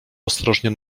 ostrożnie